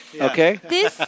Okay